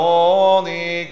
Holy